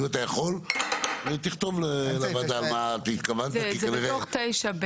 אם אתה יכול תכתוב לוועדה למה התכוונת כי כנראה --- זה בתוך 9(ב).